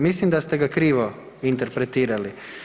Mislim da ste ga krivo interpretirali.